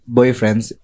boyfriends